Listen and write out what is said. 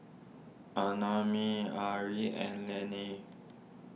Annamae Arlie and Llene